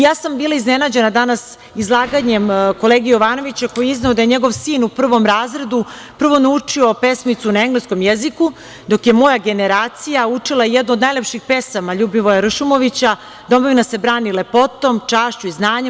Ja sam bila iznenađena danas izlaganjem kolege Jovanovića, koji je izneo da je njegov sin u prvom razredu prvo naučio pesmicu na engleskom jeziku, dok je moja generacija učila jednu od najlepših pesama Ljubivoja Ršumovića „Domovina se brani lepotom, čašću i znanjem.